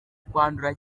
kwandura